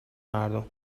مردم